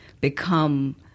become